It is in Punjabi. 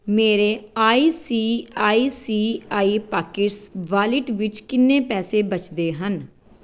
ਮੇਰੇ I C I C I pockets wallet ਵਿੱਚ ਕਿੰਨੇ ਪੈਸੇ ਬਚਦੇ ਹਨ